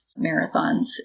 marathons